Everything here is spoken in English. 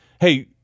hey